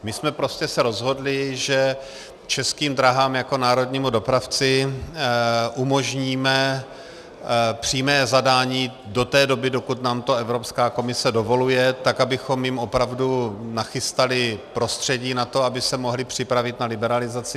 My jsme prostě se rozhodli, že Českým dráhám jako národnímu dopravci umožníme přímé zadání do té doby, dokud nám to Evropská komise dovoluje, tak abychom jim opravdu nachystali prostředí na to, aby se mohly připravit na liberalizaci.